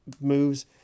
moves